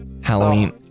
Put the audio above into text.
Halloween